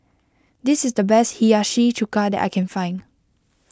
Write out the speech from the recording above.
this is the best Hiyashi Chuka that I can find